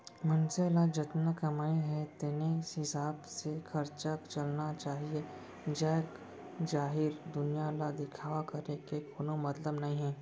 मनसे ल जतना कमई हे तेने हिसाब ले खरचा चलाना चाहीए जग जाहिर दुनिया ल दिखावा करे के कोनो मतलब नइ हे